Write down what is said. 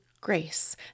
grace